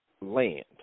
land